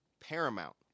paramount